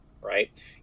right